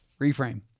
reframe